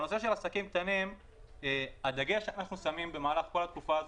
בנושא עסקים קטנים - הדגש שאנחנו שמים במהלך כל התקופה הזו,